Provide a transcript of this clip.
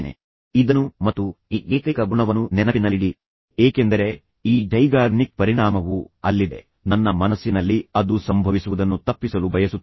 ಆದ್ದರಿಂದ ಇದನ್ನು ಮತ್ತು ಈ ಏಕೈಕ ಗುಣವನ್ನು ನೆನಪಿನಲ್ಲಿಡಿ ಏಕೆಂದರೆ ಈ ಝೈಗಾರ್ನಿಕ್ ಪರಿಣಾಮವು ಅಲ್ಲಿದೆ ನನ್ನ ಮನಸ್ಸಿನಲ್ಲಿ ಅದು ಸಂಭವಿಸುವುದನ್ನು ತಪ್ಪಿಸಲು ನಾನು ಬಯಸುತ್ತೇನೆ